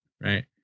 right